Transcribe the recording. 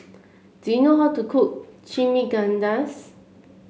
do you know how to cook Chimichangas